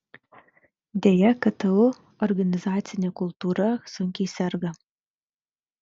deja ktu organizacinė kultūra sunkiai serga